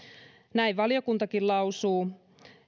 näin valiokuntakin lausuu